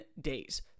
days